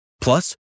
Plus